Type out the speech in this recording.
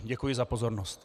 Děkuji za pozornost.